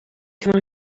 can